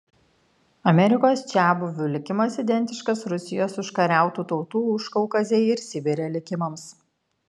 amerikos čiabuvių likimas identiškas rusijos užkariautų tautų užkaukazėj ir sibire likimams